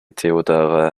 theodora